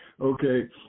Okay